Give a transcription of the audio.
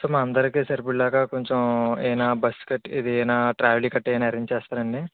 so మా అందరికి సరిపడేలాగా కొంచం ఏమన్నా బస్సు గట్టా ఇది ఏమన్నా ట్రావల్ ఇవి గట్టా ఏమన్నా ఎరేంజ్ చేస్తారా అండి